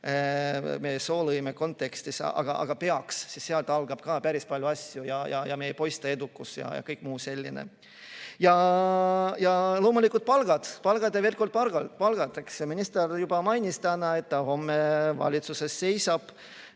soolisele kontekstile, aga peaks, sest sealt algab ka päris palju asju, meie poiste edukus ja kõik muu selline. Loomulikult palgad, palgad ja veel kord palgad. Minister juba mainis täna, et ta homme valitsuses selle